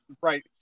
right